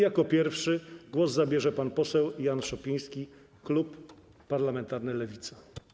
Jako pierwszy głos zabierze pan poseł Jan Szopiński, klub parlamentarny Lewica.